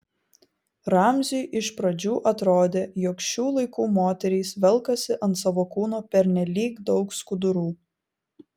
ramziui iš pradžių atrodė jog šių laikų moterys velkasi ant savo kūno pernelyg daug skudurų